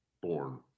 born